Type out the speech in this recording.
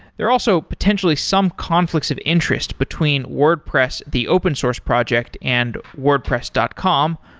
there are also potentially some conflicts of interest between wordpress, the open source project and wordpress dot com,